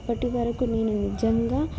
ఇప్పటి వరకు నేను నిజంగా